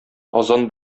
азан